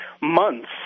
months